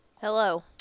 Hello